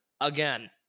Again